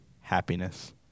happiness